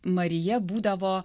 marija būdavo